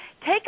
Take